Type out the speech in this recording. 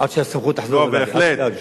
עד שהסמכות תחזור, לא, בהחלט.